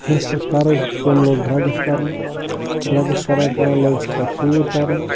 کٲنٛسہِ کھوٚت قرض تٔمۍ لوگ ڈرٛگٕس کَرُن ڈرٛگٕس کَران کَران لوگ سُہ پتہٕ ژوٗر کَرُن